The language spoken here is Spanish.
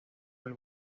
del